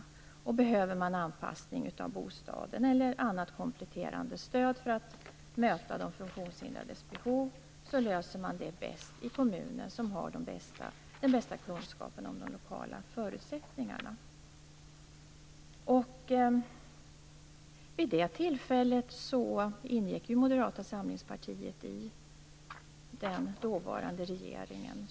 Behövs det anpassning av bostaden eller annat kompletterande stöd för att möta de funktionshindrades behov löser man detta bäst i kommunen som har den största kunskapen om de lokala förutsättningarna. Vid det tillfället ingick ju Moderata samlingspartiet i den dåvarande regeringen.